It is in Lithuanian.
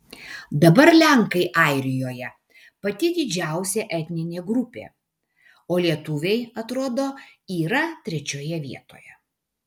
dabar lenkai airijoje pati didžiausia etninė grupė o lietuviai atrodo yra trečioje vietoje